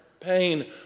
pain